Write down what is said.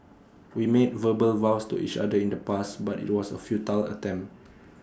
we made verbal vows to each other in the past but IT was A futile attempt